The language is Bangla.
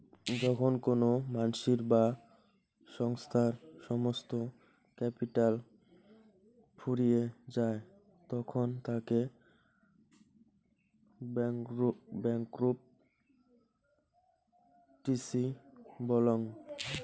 যখন কোনো মানসির বা সংস্থার সমস্ত ক্যাপিটাল ফুরিয়ে যায় তখন তাকে ব্যাংকরূপটিসি বলং